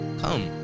come